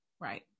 right